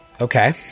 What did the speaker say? Okay